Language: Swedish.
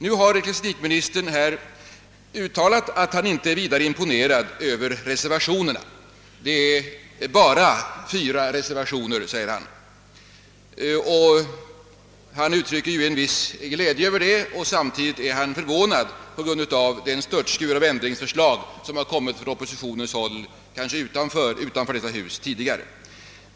Nu har ecklesiastikministern sagt att han inte är vidare imponerad av reservationerna. Det är bara fyra reservationer, säger han. Han uttrycker en viss glädje över detta men samtidigt är han förvånad över den störtskur av ändringsförslag som kommit från oppositionens håll — tidigare kanske utanför detta hus.